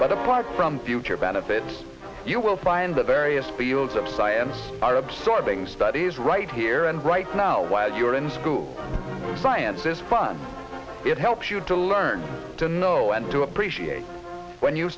but apart from future benefits you will find the various peals of science are absorbing studies right here and right now while you are in school science is fun it helps you to learn to know and to appreciate when you